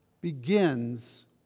begins